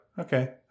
Okay